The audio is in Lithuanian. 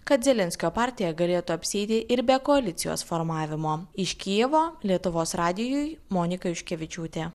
kad zelenskio partija galėtų apsieiti ir be koalicijos formavimo iš kijevo lietuvos radijui monika juškevičiūtė